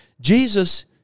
Jesus